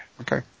Okay